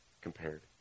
compared